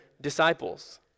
disciples